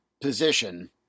position